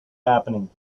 happening